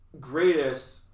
greatest